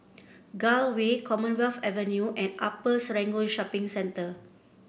Gul Way Commonwealth Avenue and Upper Serangoon Shopping Center